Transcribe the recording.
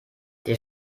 der